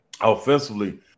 offensively